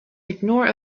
ignore